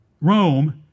Rome